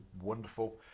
wonderful